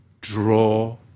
draw